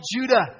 Judah